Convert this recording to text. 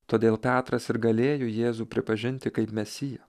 todėl petras ir galėjo jėzų pripažinti kaip mesiją